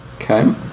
Okay